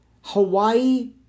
Hawaii